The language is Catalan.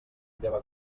llevar